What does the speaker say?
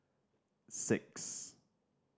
six